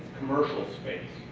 commercial space.